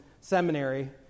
seminary